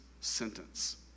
sentence